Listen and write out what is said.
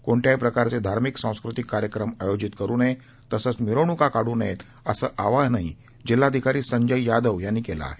कोणत्याही प्रकारचे धार्मिक सांस्कृतिक कार्यक्रमांचे आयोजन करू नये तसेच मिरवणुका काढू नयेत असे आवाहन जिल्हाधिकारी संजय यादव यांनी केले आहे